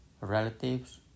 relatives